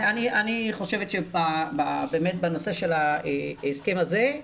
אני חושבת שבנושא של ההסכם הזה,